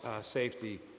safety